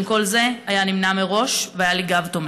כל זה היה נמנע מראש והיה לי גב תומך.